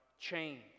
change